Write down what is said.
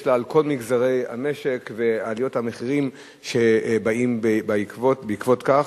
לה על כל מגזרי המשק ועליות המחירים שבאות בעקבות כך.